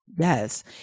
Yes